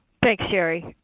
thanks sherri.